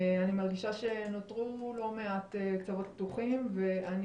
אני מרגישה שנותרו לא מעט קצוות פתוחים ואני